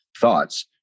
thoughts